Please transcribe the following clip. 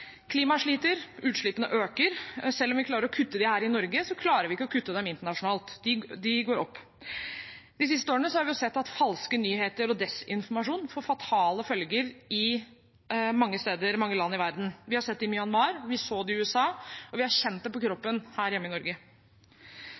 utslippene øker, og selv om vi klarer å kutte dem her i Norge, klarer vi ikke å kutte dem internasjonalt. De går opp. De siste årene har vi sett at falske nyheter og desinformasjon får fatale følger i mange land i verden. Vi har sett det i Myanmar, vi så det i USA, og vi har kjent det på